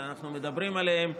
שאנחנו מדברים עליהם.